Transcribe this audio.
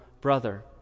brother